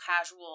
casual